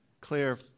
clear